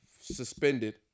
suspended